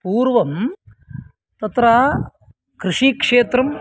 पूर्वं तत्र कृषिक्षेत्रं